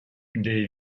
des